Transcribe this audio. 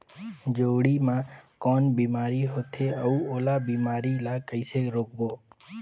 जोणी मा कौन बीमारी होथे अउ ओला बीमारी ला कइसे रोकबो?